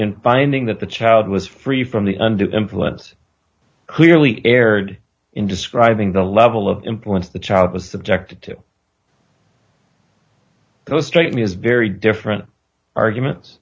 in finding that the child was free from the under the influence clearly erred in describing the level of influence the child was subjected to illustrate me as very different arguments